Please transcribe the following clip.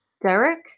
Derek